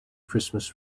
christmas